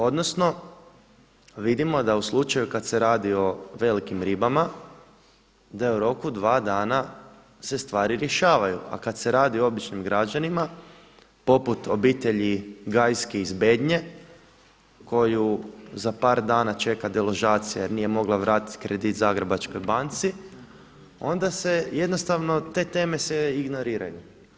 Odnosno vidimo da u slučaju kada se radi o velikim ribama da u roku 2 dana se stvari rješavaju a kada se radi o običnim građanima poput obitelji Gajski iz Bednje koju za par dana čeka deložacija jer nije mogla vratiti kredit Zagrebačkoj banci onda se jednostavno, te teme se ignoriraju.